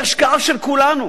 היא השקעה של כולנו.